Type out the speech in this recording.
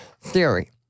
theory